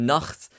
Nacht